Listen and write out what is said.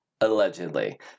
allegedly